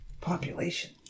population